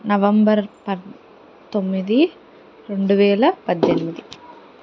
November పందొమ్మిది రెండు వేల పద్దెనిమిది